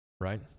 right